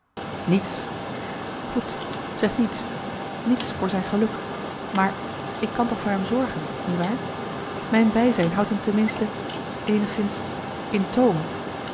niets goed zeg niets niets voor zijn geluk maar ik kan toch voor hem zorgen niewaar mijn bijzijn houdt hem ten minste eenigzins in toom